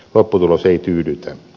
lopputulos ei tyydytä